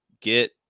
get